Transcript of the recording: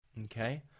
Okay